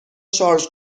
شارژ